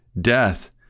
death